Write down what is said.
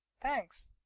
thanks!